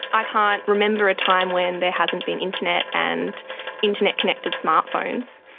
i can't remember a time when there hasn't been internet and internet-connected smart phones.